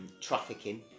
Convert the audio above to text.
trafficking